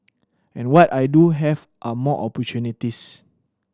and what I do have are more opportunities